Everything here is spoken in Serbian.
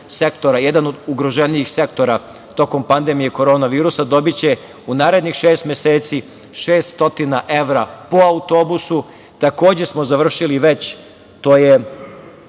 jedan od ugroženijih sektora tokom pandemije korona virusa, dobiće u narednih šest meseci 600 evra po autobusu. Takođe, smo završili već, to je